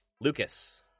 Lucas